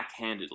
backhandedly